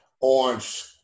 orange